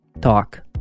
talk